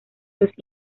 los